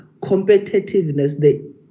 competitiveness